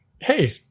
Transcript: hey